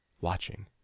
watching